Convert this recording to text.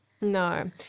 No